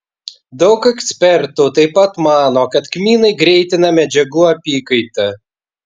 daug ekspertų taip pat mano kad kmynai greitina medžiagų apykaitą